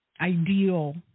ideal